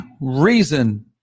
reason